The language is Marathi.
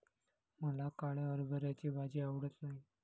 मला काळ्या हरभऱ्याची भाजी आवडत नाही